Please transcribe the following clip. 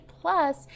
plus